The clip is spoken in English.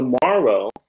tomorrow